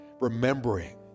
remembering